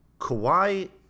Kawhi